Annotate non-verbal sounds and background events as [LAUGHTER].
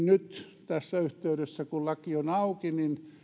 [UNINTELLIGIBLE] nyt tässä yhteydessä kun laki on auki